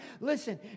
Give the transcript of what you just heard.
Listen